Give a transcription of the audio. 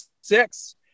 six